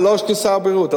זה לא של שר הבריאות.